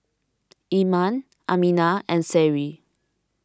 Iman Aminah and Seri